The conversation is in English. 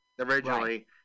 originally